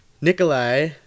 Nikolai